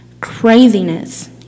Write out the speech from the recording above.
craziness